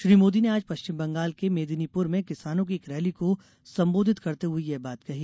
श्री मोदी ने आज पश्चिम बंगाल के मेदिनीपुर में किसानों की एक रैली को सम्बोधित करते हुए यह बात कही